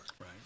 Right